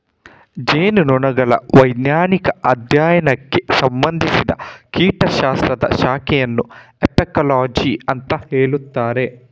ಜೇನುನೊಣಗಳ ವೈಜ್ಞಾನಿಕ ಅಧ್ಯಯನಕ್ಕೆ ಸಂಬಂಧಿಸಿದ ಕೀಟ ಶಾಸ್ತ್ರದ ಶಾಖೆಯನ್ನ ಅಪಿಕಾಲಜಿ ಅಂತ ಹೇಳ್ತಾರೆ